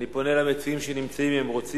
אני פונה אל המציעים שנמצאים, האם רוצים